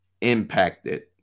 impacted